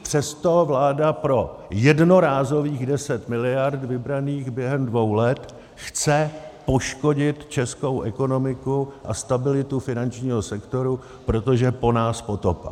Přesto vláda pro jednorázových 10 mld. vybraných během dvou let chce poškodit českou ekonomiku a stabilitu finančního sektoru, protože po nás potopa.